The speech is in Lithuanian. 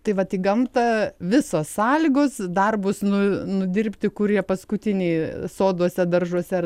tai vat į gamtą visos sąlygos darbus nu nudirbti kurie paskutiniai soduose daržuose